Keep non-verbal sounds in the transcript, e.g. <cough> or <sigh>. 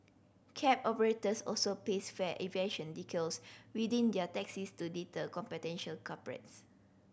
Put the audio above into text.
cab operators also paste fare evasion decals within their taxis to deter <unintelligible> potential culprits